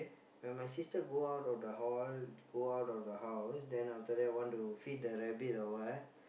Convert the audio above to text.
when my sister go out of the hall go out of the house then after that want to feed the rabbit or what